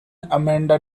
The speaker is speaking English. amanda